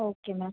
okay ma'am